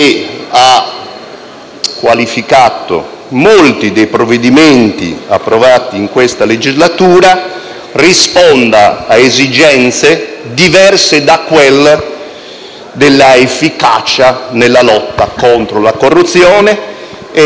che qualifica molti provvedimenti approvati in questa legislatura, sembra rispondere ad esigenze diverse da quelle della efficacia nella lotta contro la corruzione.